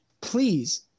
Please